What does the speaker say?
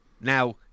Now